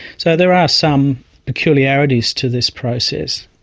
so there are some peculiarities to this process.